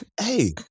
Hey